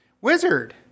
Wizard